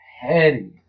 petty